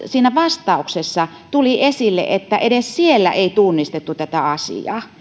siinä vastauksessa tuli esille että edes siellä ei tunnistettu tätä asiaa